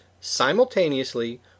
simultaneously